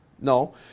No